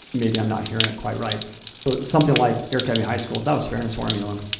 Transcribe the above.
maybe i'm not hearing it quite right. but something like air academy high school, if that was fairness formula